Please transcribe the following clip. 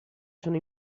sono